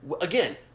Again